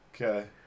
okay